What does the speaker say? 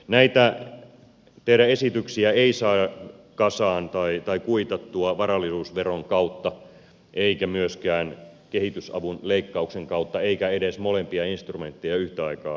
näitä teidän esityksiänne ei saa kuitattua varallisuusveron kautta eikä myöskään kehitysavun leikkauksen kautta eikä edes molempia instrumentteja yhtä aikaa käyttämällä